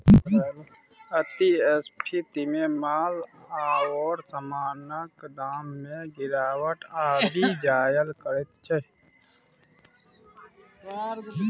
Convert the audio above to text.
अति स्फीतीमे माल आओर समानक दाममे गिरावट आबि जाएल करैत छै